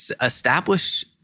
establish